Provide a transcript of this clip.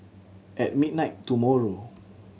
at midnight tomorrow